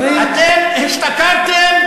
אתם השתכרתם,